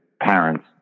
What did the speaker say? parents